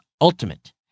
Ultimate